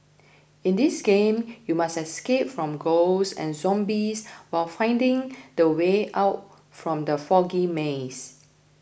in this game you must escape from ghosts and zombies while finding the way out from the foggy maze